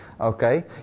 okay